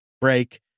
break